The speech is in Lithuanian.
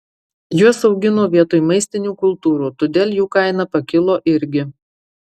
juos augino vietoj maistinių kultūrų todėl jų kaina pakilo irgi